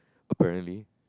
apparently